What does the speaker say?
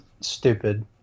stupid